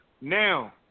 Now